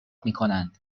میکنند